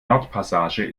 nordpassage